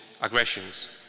aggressions